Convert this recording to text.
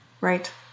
Right